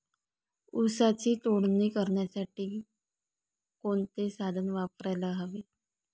ऊसाची तोडणी करण्यासाठी कोणते साधन वापरायला हवे?